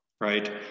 Right